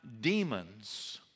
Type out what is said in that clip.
demons